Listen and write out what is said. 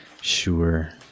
Sure